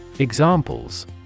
Examples